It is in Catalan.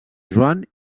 joan